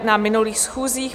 Na minulých schůzích